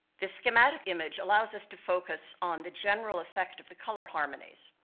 this schematic image allows us to focus on the general effect of the color harmonies.